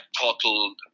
total